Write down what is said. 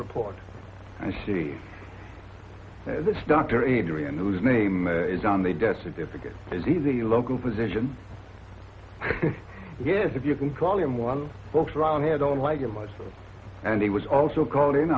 report i see this doctor adrian whose name is on the desk a difficult disease a local physician yes if you can call him one folks around here don't like him much and he was also called in